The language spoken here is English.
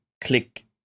click